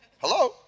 Hello